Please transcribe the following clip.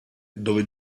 dove